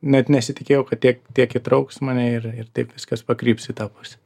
net nesitikėjau kad tiek tiek įtrauks mane ir ir taip viskas pakryps į tą pusę